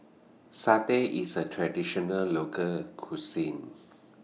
Satay IS A Traditional Local Cuisine